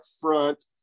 front